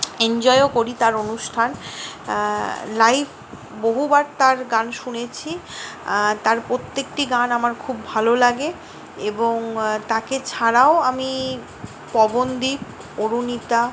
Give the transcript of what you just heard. এঞ্জয়ও করি তার অনুষ্ঠান লাইভ বহুবার তার গান শুনেছি তার প্রত্যেকটি গান আমার খুব ভালো লাগে এবং তাকে ছাড়াও আমি পবনদীপ অরুনিতা